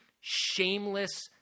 shameless